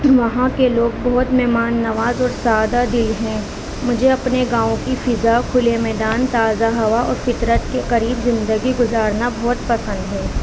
وہاں کے لوگ بہت مہمان نواز اور جو سادہ دل ہیں مجھے اپنے گاؤں کی فضا کھلے میدان تازہ ہوا اور فطرت کے قریب زندگی گزارنا بہت پسند ہے